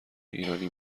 ایرانی